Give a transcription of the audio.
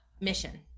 mission